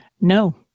No